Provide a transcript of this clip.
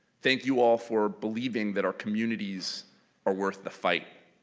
thank you all for believing that our communities are worth the fight,